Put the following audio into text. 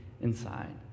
inside